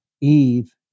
Eve